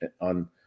on